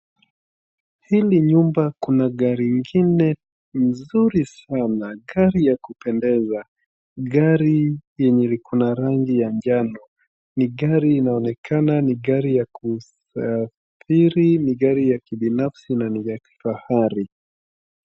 Hili nyumba kuna gari ingine mzuri sana gari ya kupendeza gari yenye iko na rangi ya njano ni gari inaonekana ni gari ya kusafiri, ni gari ya kibinafsi na ni gari ya kifahari.